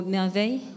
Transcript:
merveille